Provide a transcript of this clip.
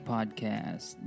Podcast